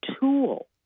tool